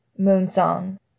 Moonsong